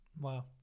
Wow